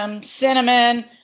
cinnamon